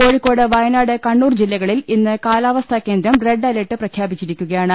കോഴിക്കോട് വയനാട് കണ്ണൂർ ജില്ലകളിൽ ഇന്ന് കാലാവ സ്ഥാകേന്ദ്രം റെഡ് അലർട്ട് പ്രഖ്യാപിച്ചിരിക്കുകയാണ്